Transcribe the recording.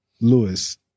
Lewis